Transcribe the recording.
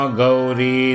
Gauri